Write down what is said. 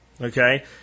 okay